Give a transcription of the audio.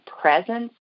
presence